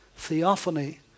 theophany